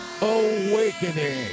Awakening